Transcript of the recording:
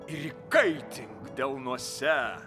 ir įkaitink delnuose